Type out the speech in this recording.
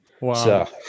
Wow